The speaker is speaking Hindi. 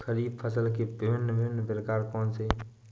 खरीब फसल के भिन भिन प्रकार कौन से हैं?